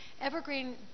Evergreen